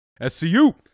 SCU